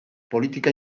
politika